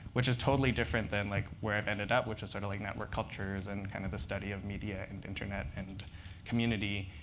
which is totally different than like where i've ended up, which is sort of like network cultures and kind of the study of media and internet and community.